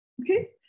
okay